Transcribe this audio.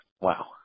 Wow